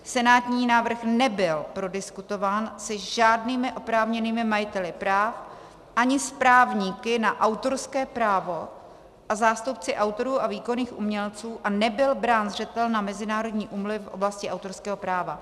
Senátní návrh nebyl prodiskutován se žádnými oprávněnými majiteli práv ani s právníky na autorské právo a zástupci autorů a výkonných umělců a nebyl brán zřetel na mezinárodní úmluvy v oblasti autorského práva.